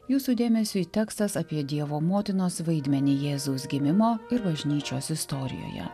jūsų dėmesiui tekstas apie dievo motinos vaidmenį jėzaus gimimo ir bažnyčios istorijoje